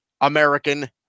American